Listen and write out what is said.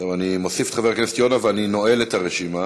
אני מוסיף את חבר הכנסת יונה ואני נועל את הרשימה.